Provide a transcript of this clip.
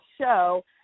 show